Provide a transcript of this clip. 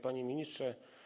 Panie Ministrze!